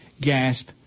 Gasp